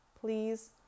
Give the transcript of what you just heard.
Please